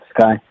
Sky